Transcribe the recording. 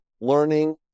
learning